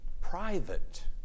private